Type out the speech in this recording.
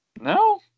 No